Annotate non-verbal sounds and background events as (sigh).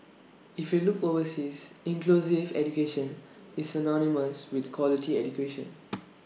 if you look overseas inclusive education is synonymous with quality education (noise)